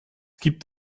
gibt